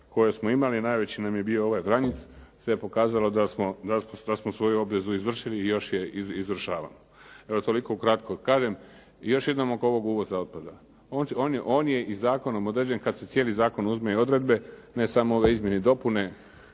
koje smo imali najveći nam je bio ovaj Vranjic, sve je pokazalo da smo svoju obvezu izvršili i još je izvršavamo. Toliko ukratko. Kažem još jednom oko ovog uvoza otpada. On je i zakonom određen. Kad se cijeli zakon uzme i odredbe, ne samo ove izmjene i dopune,